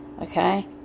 okay